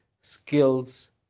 skills